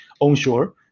onshore